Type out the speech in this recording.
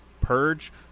purge